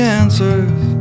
answers